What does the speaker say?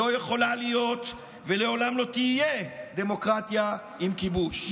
לא יכולה להיות ולעולם לא תהיה דמוקרטיה עם כיבוש.